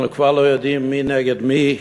אנחנו כבר לא יודעים מי נגד מי,